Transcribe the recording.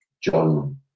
John